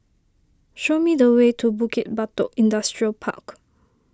show me the way to Bukit Batok Industrial Park